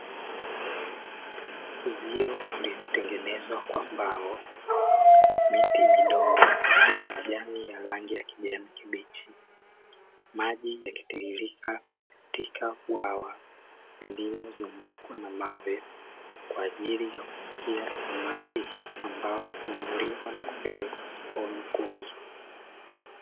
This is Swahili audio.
Uzio uliotengenezwa kwa mbao, miti midogo yenye majani ya rangi ya kijani kibichi maji, yakitiririka katika bwawa lililozungukwa na mawe kwa ajili ya kufugia samaki ambao huvuliwa na kupelekwa sokoni kuuzwa.